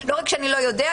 לא רק שאני לא יודע,